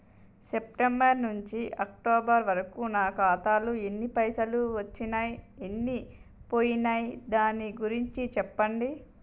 September నుంచి October వరకు నా ఖాతాలో ఎన్ని పైసలు వచ్చినయ్ ఎన్ని పోయినయ్ దాని గురించి చెప్పండి?